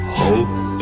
hope